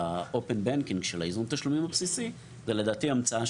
ה-open banking של הייזום תשלומים הבסיסי זה לדעתי המצאה